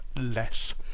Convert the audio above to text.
less